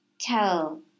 tell